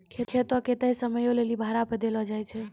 खेतो के तय समयो लेली भाड़ा पे देलो जाय छै